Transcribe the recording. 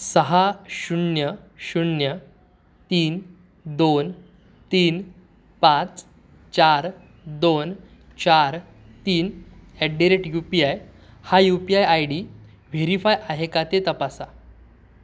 सहा शून्य शून्य तीन दोन तीन पाच चार दोन चार तीन at the rate U P I हा U P I I D verify आहे का ते तपासा